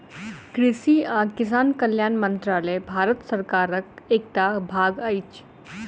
कृषि आ किसान कल्याण मंत्रालय भारत सरकारक एकटा भाग अछि